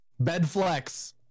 Bedflex